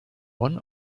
one